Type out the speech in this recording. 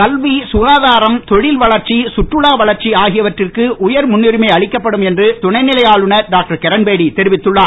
கல்வி சுகாதாரம் தொழில்வளர்ச்சி சுற்றுலா வளர்ச்சி ஆகியவற்றிற்கு உயர் முன்னுரிமை அளிக்கப்படும் என்று துணைநிலை ஆளுநர் டாக்டர் கிரண்பேடி தெரிவித்துள்ளார்